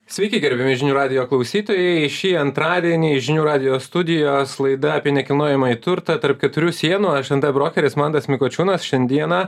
sveiki gerbiami žinių radijo klausytojai šį antradienį žinių radijo studijos laida apie nekilnojamąjį turtą tarp keturių sienų aš nt brokeris mantas mikučiūnas šiandieną